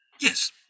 yes